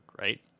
right